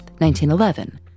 1911